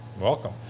Welcome